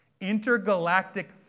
intergalactic